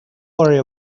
worry